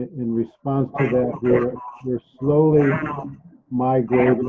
in response to that we're we're slowly migrating